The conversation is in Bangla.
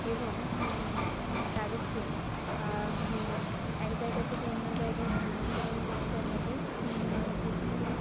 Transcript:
এবং তাদেরকে এক জায়গা থেকে অন্য জায়গায় স্থানান্তরণ করতে হবে বিভিন্ন